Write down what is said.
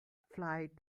flight